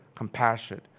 compassion